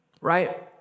right